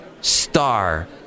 star